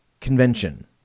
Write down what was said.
convention